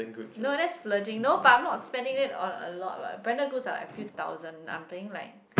no that's splurging no but I'm not spending it a lot the branded goods are like a few thousand I'm spending like